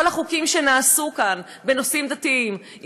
כל החוקים שנעשו כאן בנושאים דתיים,